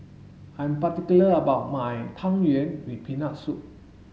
I'm particular about my tang yuen with peanut soup